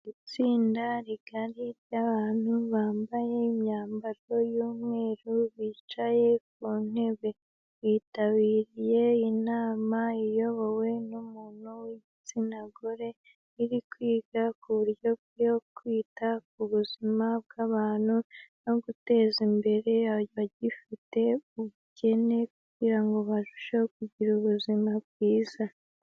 Itsinda rigari ry'abantu bambaye imyambaro y'umweru bicaye ku ntebe, bitabiriye inama iyobowe n'umuntu w'igitsina gore, iri kwiga ku buryo bwo kwita ku buzima bw'abantu no guteza imbere abagifite ubukene kugira ngo barusheho kugira ubuzima bwiza.